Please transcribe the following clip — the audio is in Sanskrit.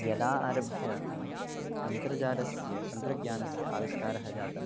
यदा आरभ्य सः अन्तर्जालस्य तन्त्रज्ञानस्य आविष्कारः जातः